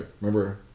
Remember